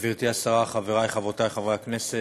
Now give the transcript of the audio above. גברתי השרה, חברי, חברותי, חברי הכנסת,